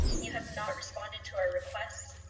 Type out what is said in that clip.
you have not responded to our requests.